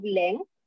length